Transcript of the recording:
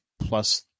plus